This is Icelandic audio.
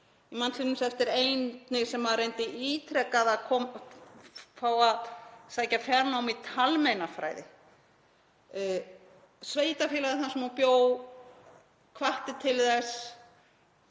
Ég man t.d. eftir einni sem reyndi ítrekað að fá að sækja fjarnám í talmeinafræði. Sveitarfélagið þar sem hún bjó hvatti til þess,